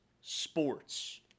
sports